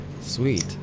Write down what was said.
Sweet